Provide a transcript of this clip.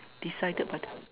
decided by the